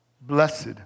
Blessed